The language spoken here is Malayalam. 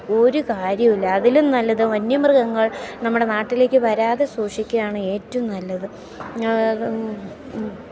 ഒരു കാര്യവുമില്ല അതിലും നല്ലത് വന്യമൃഗങ്ങൾ നമ്മുടെ നാട്ടിലേക്ക് വരാതെ സൂക്ഷിക്കുകയാണ് ഏറ്റവും നല്ലത്